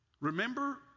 Remember